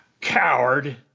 Coward